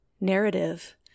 narrative